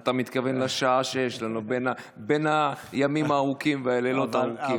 אתה מתכוון לשעה שיש לנו בין הימים הארוכים והלילות הארוכים.